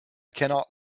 cannot